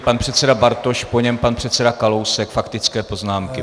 Pan předseda Bartoš, po něm pan předseda Kalousek, faktické poznámky.